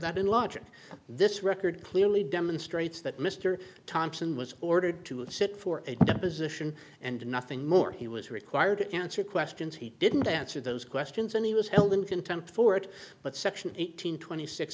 that in logic this record clearly demonstrates that mr thompson was ordered to sit for a deposition and nothing more he was required to answer questions he didn't answer those questions and he was held in contempt for it but section eight hundred twenty six